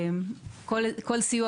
כל סיוע,